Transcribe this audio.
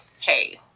hey